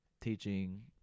teaching